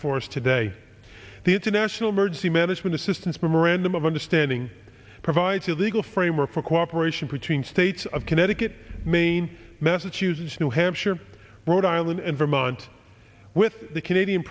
before us today the international emergency management assistance memorandum of understanding provides a legal framework for cooperation between states of connecticut maine massachusetts new hampshire rhode island and vermont with the canadian